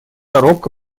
робко